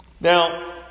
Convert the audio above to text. Now